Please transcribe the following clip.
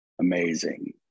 amazing